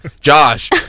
Josh